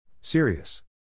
Serious